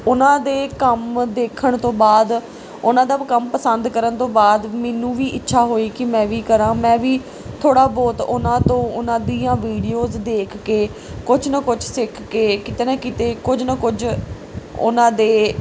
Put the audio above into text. ਉਹਨਾਂ ਦੇ ਕੰਮ ਦੇਖਣ ਤੋਂ ਬਾਅਦ ਉਹਨਾਂ ਦਾ ਕੰਮ ਪਸੰਦ ਕਰਨ ਤੋਂ ਬਾਅਦ ਮੈਨੂੰ ਵੀ ਇੱਛਾ ਹੋਈ ਕਿ ਮੈਂ ਵੀ ਕਰਾਂ ਮੈਂ ਵੀ ਥੋੜ੍ਹਾ ਬਹੁਤ ਉਹਨਾਂ ਤੋਂ ਉਹਨਾਂ ਦੀਆਂ ਵੀਡੀਓਜ ਦੇਖ ਕੇ ਕੁਛ ਨਾ ਕੁਛ ਸਿੱਖ ਕੇ ਕਿਤੇ ਨਾ ਕਿਤੇ ਕੁਝ ਨਾ ਕੁਝ ਉਹਨਾਂ ਦੇ